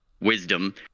wisdom